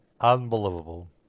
Unbelievable